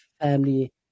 family